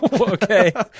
Okay